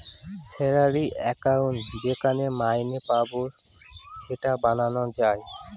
salary account যেখানে মাইনে পাবো সেটা বানানো যায়